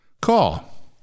call